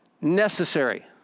necessary